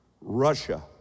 Russia